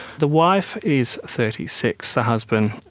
the wife is thirty six. the husband,